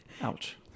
Ouch